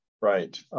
Right